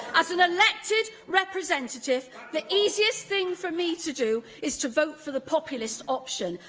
as an elected representative, the easiest thing for me to do is to vote for the populist option.